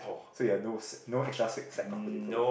so you have no no extra sick sack of potato